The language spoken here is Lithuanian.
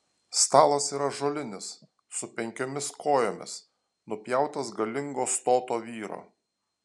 stalas yra ąžuolinis su penkiomis kojomis nupjautas galingo stoto vyro